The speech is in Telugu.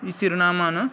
ఈ చిరునామాను